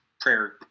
prayer